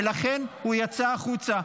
ולכן הוא יצא החוצה.